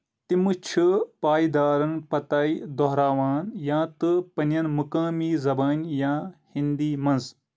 تِم چھِ پایدرَن پتہٕ دۄہراوان یا تہٕ پنٕنٮ۪ن مُقٲمی زبٲنۍ یا ہِنٛدی منٛز